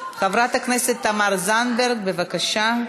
חברת הכנסת תמר זנדברג, בבקשה.